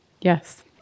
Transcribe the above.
Yes